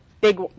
big